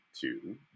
two